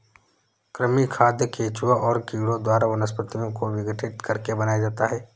कृमि खाद केंचुआ और कीड़ों द्वारा वनस्पतियों को विघटित करके बनाया जाता है